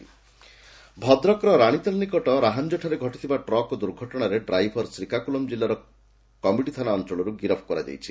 truck driver ଗିରଫ ଭଦ୍ରକର ରାଣୀତାଲ ନିକଟ ରାହାଞ୍ଞଠାରେ ଘଟିଥିବା ଟ୍ରକ୍ ଦୁର୍ଘଟଶାରେ ଡ୍ରାଇଭର ଶ୍ରୀକାକୁଲମ ଜିଲ୍ଲାର କମିଟି ଥାନା ଅଅଳରୁ ଗିରଫ କରାଯାଇଛି